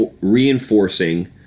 reinforcing